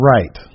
Right